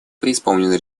преисполнена